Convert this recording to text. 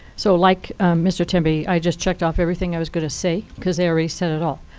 so like mr. temby, i just checked off everything i was going to say, because they already said it all.